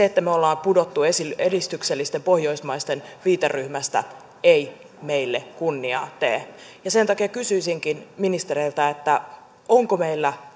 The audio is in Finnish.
että me olemme pudonneet edistyksellisten pohjoismaiden viiteryhmästä ei meille kunniaa tee sen takia kysyisinkin ministereiltä onko meillä